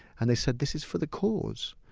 and they said, this is for the cause.